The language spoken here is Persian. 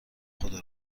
خدا